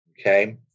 okay